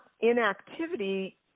inactivity